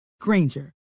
Granger